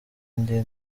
njye